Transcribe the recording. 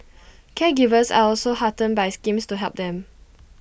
caregivers are also heartened by schemes to help them